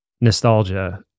nostalgia